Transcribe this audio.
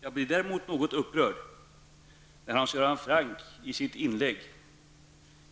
Jag blev däremot något upprörd när Hans Göran Franck i sitt inlägg